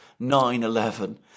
9-11